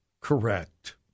correct